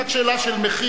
זו רק שאלה של מחיר.